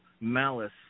malice